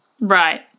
Right